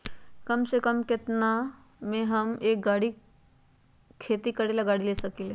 कम से कम केतना में हम एक खेती करेला गाड़ी ले सकींले?